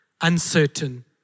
uncertain